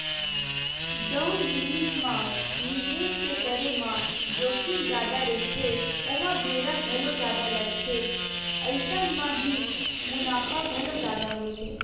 जउन जिनिस म निवेस के करे म जोखिम जादा रहिथे ओमा बेरा घलो जादा लगथे अइसन म ही मुनाफा घलो जादा होथे